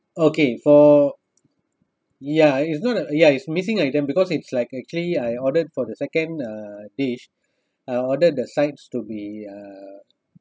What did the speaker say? okay for ya is not uh ya it's missing item because it's like actually I ordered for the second uh dish I ordered the sides to be uh